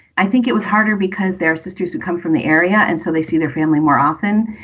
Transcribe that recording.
i think it was harder because their sisters who come from the area and so they see their family more often.